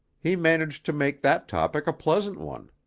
he managed to make that topic a pleasant one.